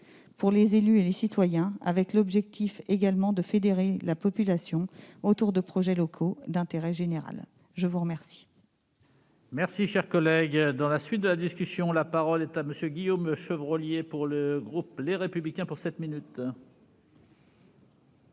pour les élus et les citoyens. L'objectif est également de fédérer la population autour de projets locaux d'intérêt général. La parole